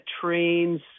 trains